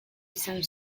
izan